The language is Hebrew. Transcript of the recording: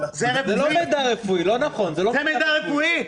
זה מידע רפואי?